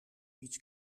iets